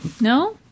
No